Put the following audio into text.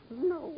No